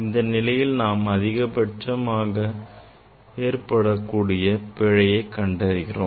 இந்த நிலையில் நாம் அதிகபட்ச மாக ஏற்படக்கூடிய பிழையைக் கண்டறிகிறோம்